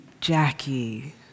Jackie